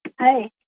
Hi